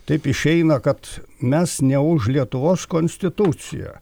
taip išeina kad mes ne už lietuvos konstituciją